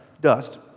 dust